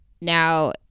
Now